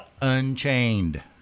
Unchained